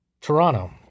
Toronto –